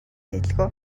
байлгүй